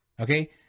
Okay